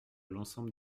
l’ensemble